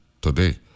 Today